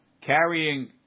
carrying